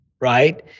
right